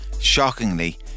Shockingly